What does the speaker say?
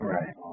Right